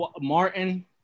Martin